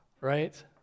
right